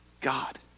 God